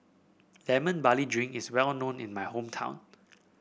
Lemon Barley Drink is well known in my hometown